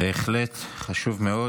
בהחלט חשוב מאוד.